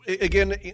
Again